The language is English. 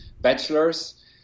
bachelors